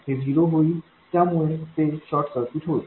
हे झिरो होईल त्यामुळे ते शॉर्ट सर्किट होईल